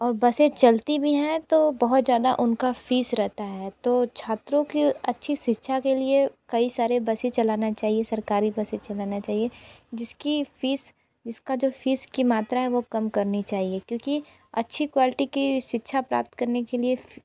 और बसें चलती भी हैं तो बहुत ज़्यादा उनका फीस रहता है तो छात्रों की अच्छी शिक्षा के लिए कई सारे बसें चलाना चाहिए सरकारी बसें चलाना चाहिए जिसकी फीस इसका जो फीस की मात्रा है वो कम करनी चाहिए क्योंकि अच्छी क्वालिटी की शिक्षा प्राप्त करने के लिए